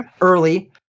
early